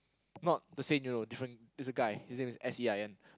not the saint you know different it's a guy his name is S E I N